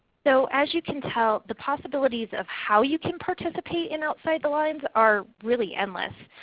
so as you can tell, the possibilities of how you can participate in outside the lines are really endless.